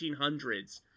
1800s